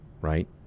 right